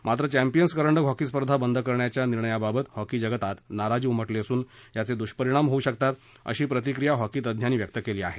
मात्र चॅम्पियन्स करंडक हॉकी स्पर्धा बंद करण्याच्या निर्णयाबाबत हॉकी जगतात नाराजी उमटली असून याचे दृष्परिणाम होऊ शकतात अशी प्रतिक्रिया हॉकी तज्ञांनी व्यक्त केली आहे